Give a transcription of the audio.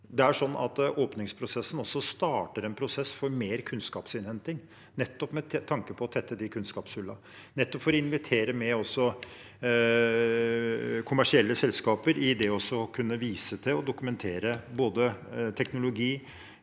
Åpningsprosessen starter en prosess for mer kunnskapsinnhenting nettopp for å tette de kunnskapshullene, og inviterer også kommersielle selskaper til å kunne vise til og dokumentere både teknologi